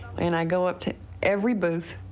and i go up to every booth,